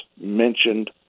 mentioned